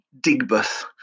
Digbeth